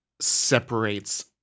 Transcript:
separates